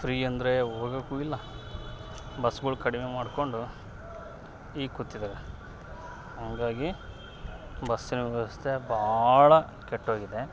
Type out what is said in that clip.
free ಅಂದರೆ ಹೋಗೋಕ್ಕು ಇಲ್ಲ ಬಸ್ಗಳು ಕಡಿಮೆ ಮಾಡ್ಕೊಂಡು ಈಗ ಕೂತಿದ್ದೇವೆ ಹಂಗಾಗಿ ಬಸ್ಸಿನ ವ್ಯವಸ್ಥೆ ಭಾಳ ಕೆಟ್ಟೋಗಿದೆ